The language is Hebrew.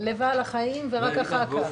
לבעל החיים ורק אחר כך.